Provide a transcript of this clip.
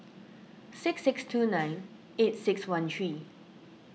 six six two nine eight six one three